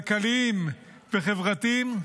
כלכליים וחברתיים,